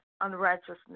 unrighteousness